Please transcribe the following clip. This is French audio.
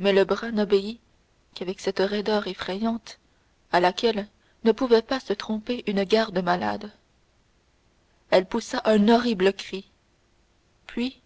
mais le bras n'obéit qu'avec cette raideur effrayante à laquelle ne pouvait pas se tromper une garde-malade elle poussa un horrible cri puis